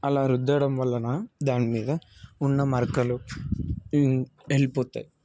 అలా రుద్దడం వలన దానిమీద ఉన్న మరకలు వెళ్ళి వెళ్ళిపోతాయి